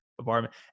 apartment